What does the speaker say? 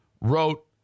wrote